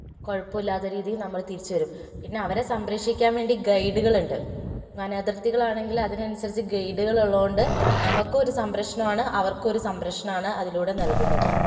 കുഴപ്പമില്ലാതെ രീതിയിൽ നമ്മൾ തിരിച്ചുവരും പിന്നെ അവരെ സംരക്ഷിക്കാൻ വേണ്ടി ഗൈഡുകളുണ്ട് വന അതിർത്തികളാണെങ്കിൽ അതിനനുസരിച്ച് ഗൈഡുകൾ ഉള്ളത്കൊണ്ട് നമുക്കും ഒരു സംരക്ഷണമാണ് അവർക്കും ഒരു സംരക്ഷണമാണ് അതിലൂടെ നൽകുന്നത്